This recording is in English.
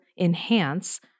enhance